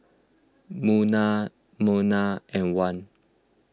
Munah Munah and Wan